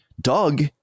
Doug